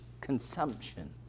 consumption